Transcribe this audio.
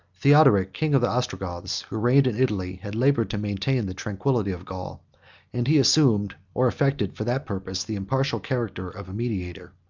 theodoric, king of the ostrogoths, who reigned in italy, had labored to maintain the tranquillity of gaul and he assumed, or affected, for that purpose, the impartial character of a mediator.